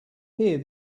hear